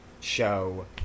show